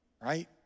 Right